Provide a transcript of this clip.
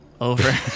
over